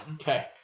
okay